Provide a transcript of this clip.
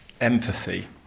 empathy